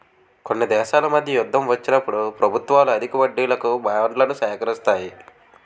కొన్ని దేశాల మధ్య యుద్ధం వచ్చినప్పుడు ప్రభుత్వాలు అధిక వడ్డీలకు బాండ్లను సేకరిస్తాయి